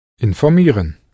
Informieren